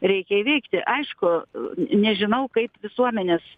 reikia įveikti aišku nežinau kaip visuomenes